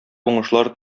уңышлар